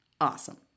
Awesome